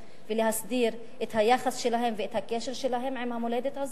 ולהסדיר את היחס שלהם ואת הקשר שלהם עם המולדת הזאת.